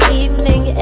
evening